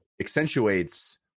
accentuates